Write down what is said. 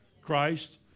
Christ